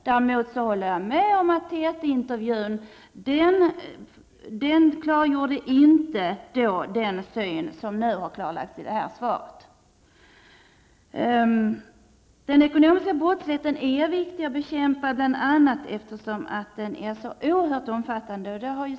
Däremot håller jag med om att denna syn inte klargjordes i TT-intervjun. Den ekonomiska brottsligheten är viktig att bekämpa, bl.a. därför att den är så oerhört omfattande och invecklad.